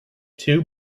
two